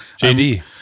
JD